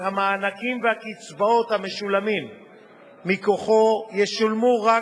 שלפיה המענקים והקצבאות המשולמים מכוחו ישולמו רק,